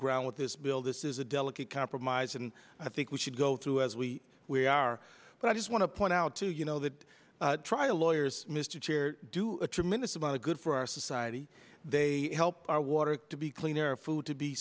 ground with this bill this is a delicate compromise and i think we should go through as we we are but i just want to point out to you know that trial lawyers mr chair do a tremendous amount of good for our society they help our water to be cleaner food to be